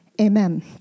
amen